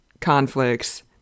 conflicts